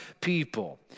people